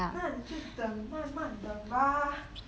那你就等慢慢等吧